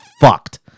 fucked